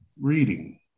reading